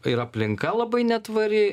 ir aplinka labai netvari